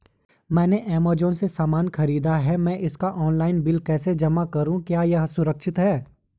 मैंने ऐमज़ान से सामान खरीदा है मैं इसका ऑनलाइन बिल कैसे जमा करूँ क्या यह सुरक्षित है?